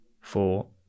four